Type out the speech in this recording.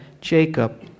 Jacob